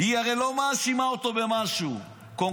היא הרי לא מאשימה אותו במשהו קונקרטי,